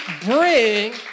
bring